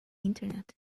internet